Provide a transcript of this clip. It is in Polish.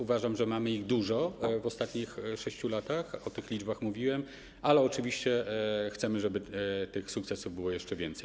Uważam, że mamy ich dużo w ostatnich 6 latach - o tych liczbach mówiłem - ale oczywiście chcemy, żeby tych sukcesów było jeszcze więcej.